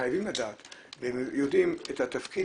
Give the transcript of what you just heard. חייבים לדעת והם יודעים את התפקיד